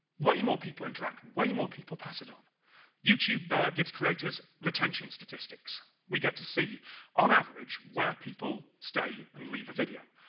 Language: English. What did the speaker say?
way more people interact, way more people pass it on youtube gives creators retention statistics we get to see on average where people stay and leave a video.